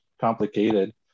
complicated